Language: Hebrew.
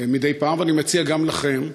מדי פעם, ואני מציע זאת גם לכם.